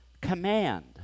command